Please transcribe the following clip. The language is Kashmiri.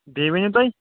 بیٚیہِ ؤنِو تُہۍ